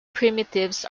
primitives